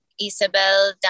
Isabel